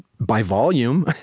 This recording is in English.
by volume,